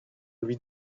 lui